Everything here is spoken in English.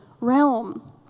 realm